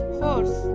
horse